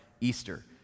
Easter